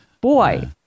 boy